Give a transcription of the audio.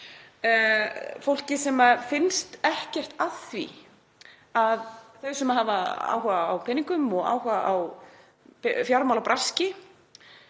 að það sé ekkert að því að þau sem hafa áhuga á peningum og áhuga á fjármálabraski